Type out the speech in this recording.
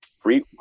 free